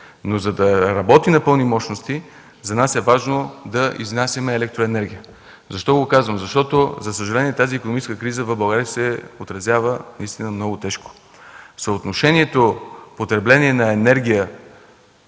Но, за да работят на пълни мощности за нас е важно да изнасяме електроенергия. Защо го казвам? Защото, за съжаление тази икономическа криза в България се отразява наистина много тежко. Съотношението потребление на енергия